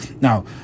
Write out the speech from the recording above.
Now